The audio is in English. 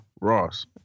Ross